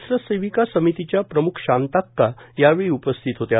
राष्ट्र सेविका समितीच्या प्रम्ख शांताक्का यावेळी उपस्थित होत्या